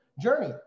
journey